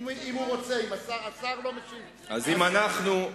אפשר לשאול שאלה?